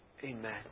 Amen